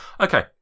Okay